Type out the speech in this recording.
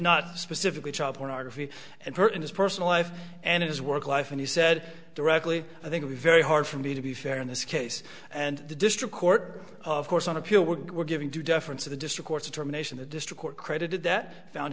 not specifically child pornography and hurt in his personal life and his work life and he said directly i think it was very hard for me to be fair in this case and the district court of course on appeal we were giving due deference to the district courts a termination a district court credited that found